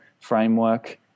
framework